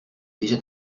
déjà